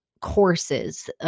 courses